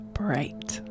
bright